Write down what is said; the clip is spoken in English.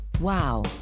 Wow